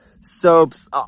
soaps